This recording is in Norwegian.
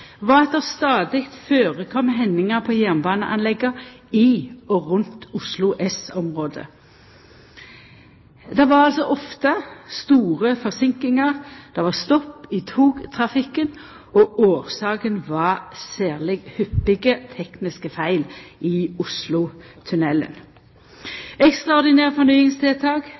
var at det stadig førekom hendingar på jernbaneanlegga i og rundt Oslo S-området. Det var ofte store forseinkingar, det var stopp i togtrafikken, og årsaka var særleg hyppige tekniske feil i Oslotunnelen. Ekstraordinære fornyingstiltak,